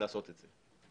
לעשות את זה.